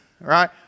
right